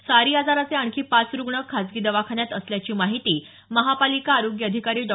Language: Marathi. सारी आजाराचे आणखी पाच रुग्ण खाजगी दवाखान्यात असल्याची माहिती महापालिका आरोग्य अधिकारी डॉ